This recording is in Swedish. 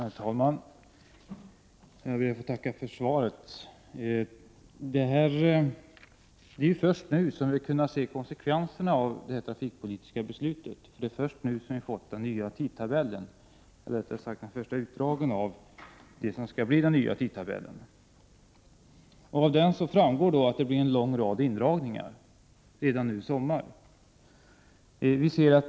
Herr talman! Jag ber att få tacka för svaret. Det är först nu som vi har kunnat se konsekvenserna av det här trafikpolitiska beslutet. Det är nämligen först nu som vi fått den nya tidtabellen, eller rättare sagt de första utdragen av det som skall bli den nya tidtabellen. Av dessa framgår att det blir en lång rad indragningar redan nu i sommar.